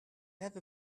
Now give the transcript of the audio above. have